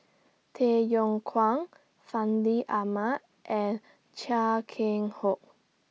Tay Yong Kwang Fandi Ahmad and Chia Keng Hock